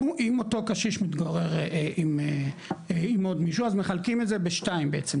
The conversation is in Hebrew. אם אותו קשיש מתגורר עם עוד מישהו אז מחלקים את זה בשתיים בעצם,